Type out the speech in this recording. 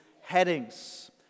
headings